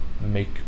make